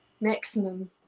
maximum